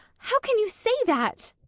how can you say that?